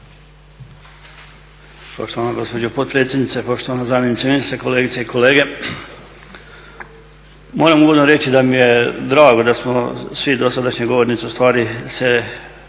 Poštovana gospođo potpredsjednice, poštovana gospođo zamjenice ministra, kolegice i kolege. Moram uvodno reći da mi je drago da su svi dosadašnji govornici ustvari se